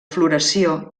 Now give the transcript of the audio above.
floració